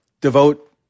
devote